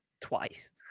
twice